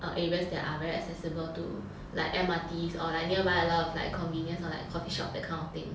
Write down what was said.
err areas that are very accessible to like M_R_T or like nearby a lot of like convenience or like coffee shop that kind of thing